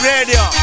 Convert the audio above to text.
Radio